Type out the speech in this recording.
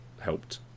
helped